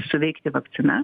suveikti vakcina